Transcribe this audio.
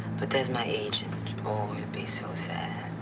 but there's my agent. oh, he'll be so sad.